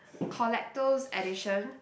collector's edition